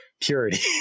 purity